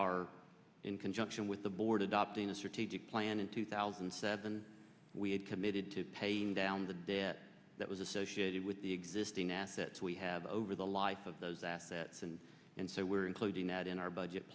are in conjunction with the board adopting a strategic plan in two thousand and seven we had committed to paying down the debt that was associated with the existing assets we have over the life of those assets and and so we're including that in our budget